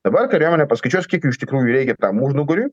dabar kariuomenė paskaičiuos kiek jų iš tikrųjų reikia tam užnugariui